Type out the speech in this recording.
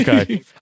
Okay